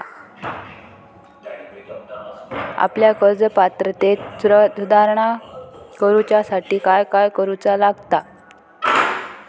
आपल्या कर्ज पात्रतेत सुधारणा करुच्यासाठी काय काय करूचा लागता?